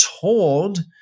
told